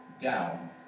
down